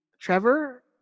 Trevor